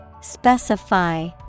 Specify